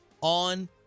on